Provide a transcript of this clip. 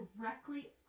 directly